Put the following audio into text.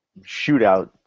shootout